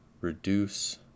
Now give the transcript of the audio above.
reduce